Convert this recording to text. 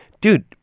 dude